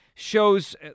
shows